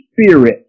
spirit